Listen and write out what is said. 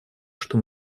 что